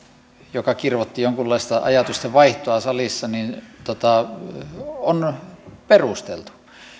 joka kirvoitti jonkunlaista ajatustenvaihtoa salissa on perusteltu